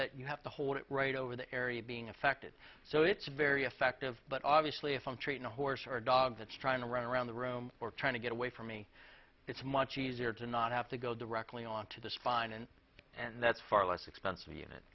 that you have to hold it right over the area being affected so it's very effective but obviously if i'm treating a horse or a dog that's trying to run around the room or trying to get away from me it's much easier to not have to go directly on to the spine and and that's far less expensive